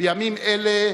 בימים האלה,